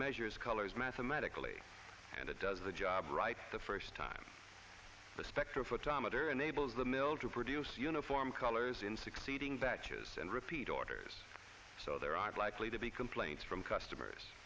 measures colors mathematically and it does the job right the first time the spectrophotometer unable as the mill to produce uniform colors in succeeding batches and repeat orders so there are likely to be complaints from customers